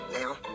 now